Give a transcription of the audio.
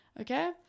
Okay